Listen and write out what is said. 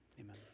Amen